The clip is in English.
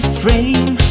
frame